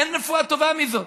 אין רפואה טובה מזאת,